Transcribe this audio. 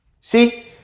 See